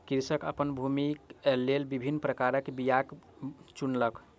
कृषक अपन भूमिक लेल विभिन्न प्रकारक बीयाक चुनलक